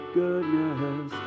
goodness